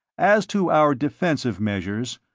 as to our defensive measures,